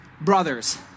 brothers